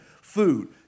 food